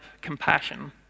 compassion